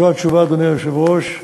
זו התשובה, אדוני היושב-ראש,